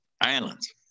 Islands